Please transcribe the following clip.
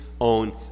own